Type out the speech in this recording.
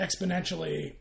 exponentially